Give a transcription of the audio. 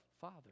Father